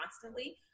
constantly